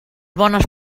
bones